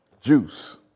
Juice